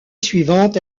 suivante